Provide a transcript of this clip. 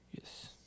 Yes